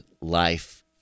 life